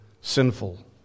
sinful